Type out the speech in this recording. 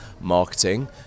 marketing